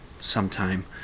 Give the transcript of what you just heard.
sometime